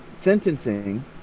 sentencing